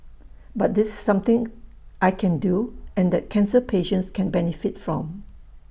but this is something I can do and that cancer patients can benefit from